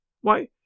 Why